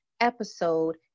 episode